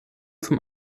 zum